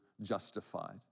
justified